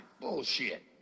Bullshit